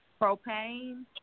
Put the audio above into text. Propane